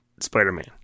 Spider-Man